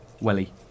Welly